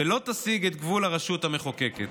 ולא תסיג את גבול הרשות המחוקקת.